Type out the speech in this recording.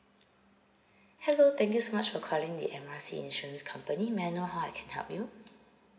hello thank you so much for calling the M R C insurance company may I know how I can help you